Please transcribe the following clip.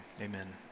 amen